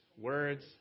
words